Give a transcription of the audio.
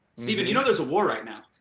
stephen you know there's a war right now.